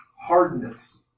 hardness